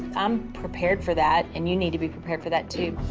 i'm prepared for that and you need to be prepared for that too.